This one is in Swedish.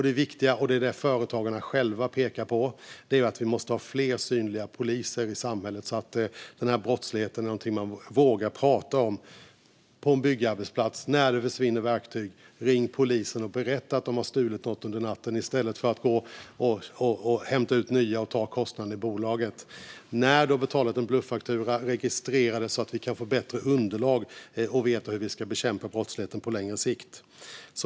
Det viktiga - och det företagarna själva pekar på - är att vi får fler synliga poliser i samhället så att brottsligheten blir någonting man vågar prata om. När det försvinner verktyg på en byggarbetsplats - ring polisen och berätta att någon har stulit något under natten i stället för att hämta ut nya verktyg och ta kostnaden i bolaget! När du har betalat en bluffaktura - registrera det så att vi kan få bättre underlag! Då kan vi lättare få veta hur vi ska bekämpa brottsligheten på längre sikt.